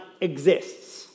exists